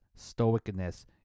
stoicness